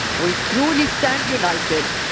we truly stand united,